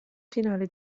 finale